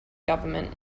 government